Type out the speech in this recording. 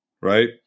right